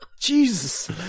Jesus